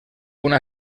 una